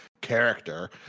character